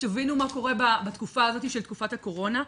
שתבינו מה קורה בתקופה הזאת של תקופת הקורונה.